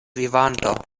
vivanto